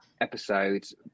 episodes